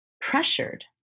pressured